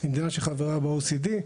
שחברה ב-OECD.